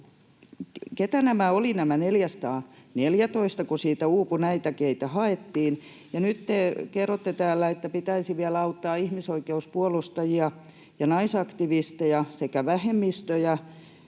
Keitä olivat nämä 414, kun siitä uupui näitä, keitä haettiin? Ja nyt te kerrotte täällä, että pitäisi vielä auttaa ihmisoikeuspuolustajia ja naisaktivisteja sekä vähemmistöjä.